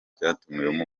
cyatumiwemo